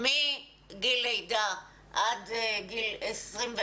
מגיל לידה עד גיל 21,